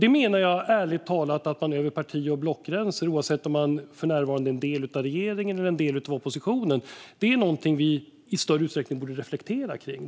Det menar jag ärligt talat att vi över parti och blockgränser, oavsett om man för närvarande är en del av regeringen eller en del av oppositionen, i större utsträckning borde reflektera kring.